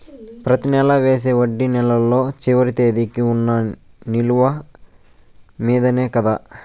ప్రతి నెల వేసే వడ్డీ నెలలో చివరి తేదీకి వున్న నిలువ మీదనే కదా?